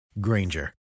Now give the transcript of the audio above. Granger